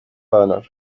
banner